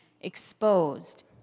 exposed